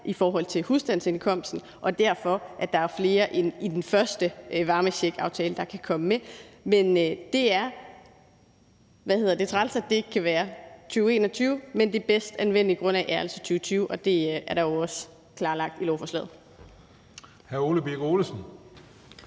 i forhold til husstandsindkomsten, og derfor er der flere i den første varmecheckaftale, der kan komme med. Men det er træls, at det ikke kan være 2021. Men det bedst anvendelige grundlag er altså 2020, og det er jo også klarlagt i lovforslaget. Kl. 18:13 Den